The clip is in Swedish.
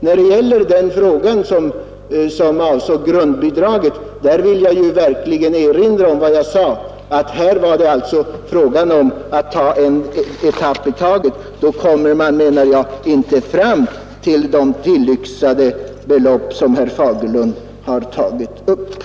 När det gäller grundbidraget vill jag erinra om vad jag sade tidigare, att här är det fråga om att ta en etapp i taget; och gör man det kommer man inte fram till de tillyxade belopp som herr Fagerlund nämnde.